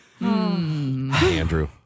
Andrew